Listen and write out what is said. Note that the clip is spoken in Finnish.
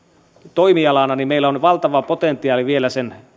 toimialana niin meillä on valtava potentiaali vielä sen